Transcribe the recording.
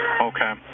Okay